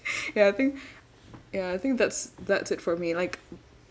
ya I think ya I think that's that's it for me like